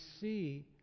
see